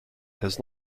has